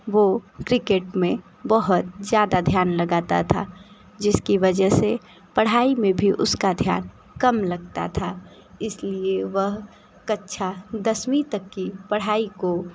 वो क्रिकेट में बहुत ज़्यादा ध्यान लगाता था जिसकी वजह से पढ़ाई में भी उसका ध्यान कम लगता था इसलिए वह कक्षा दसवीं तक की पढ़ाई को